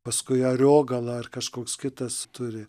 paskui ariogala ar kažkoks kitas turi